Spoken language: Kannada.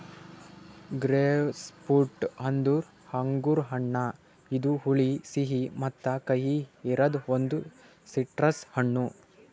ಗ್ರೇಪ್ಫ್ರೂಟ್ ಅಂದುರ್ ಅಂಗುರ್ ಹಣ್ಣ ಇದು ಹುಳಿ, ಸಿಹಿ ಮತ್ತ ಕಹಿ ಇರದ್ ಒಂದು ಸಿಟ್ರಸ್ ಹಣ್ಣು